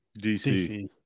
DC